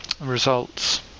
results